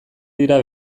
dira